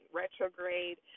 retrograde